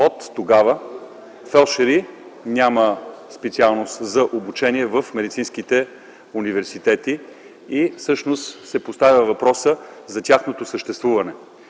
Оттогава няма специалност за обучение „фелдшери” в медицинските университети и всъщност се поставя въпросът за тяхното съществуване.